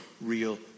real